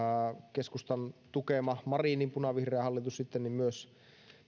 keskustan tukema marinin punavihreä hallitus sitten myös